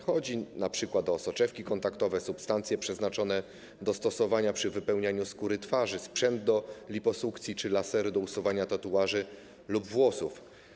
Chodzi np. o soczewki kontaktowe, substancje przeznaczone do stosowania przy wypełnianiu skóry twarzy, sprzęt do liposukcji czy lasery do usuwania tatuaży lub włosów.